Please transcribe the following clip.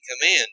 command